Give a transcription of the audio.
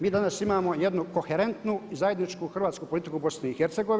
Mi danas imamo jednu koherentnu zajedničku hrvatsku politiku u BiH.